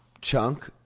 chunk